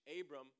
abram